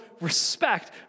respect